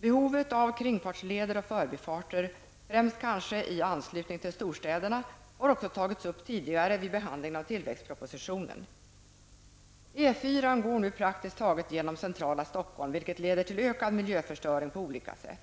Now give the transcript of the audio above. Behovet av kringfartsleder och förbifarter, främst kanske i anslutning till storstäderna, har också tagits upp tidigare vid behandlingen av tillväxtpropositionen. E 4 går nu praktiskt taget genom centrala Stockholm, vilket leder till ökad miljöförstöring på olika sätt.